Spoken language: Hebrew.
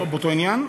באותו עניין?